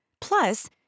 Plus